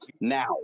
Now